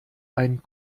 ein